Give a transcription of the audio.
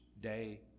day